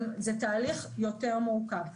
זה תהליך יותר מורכב.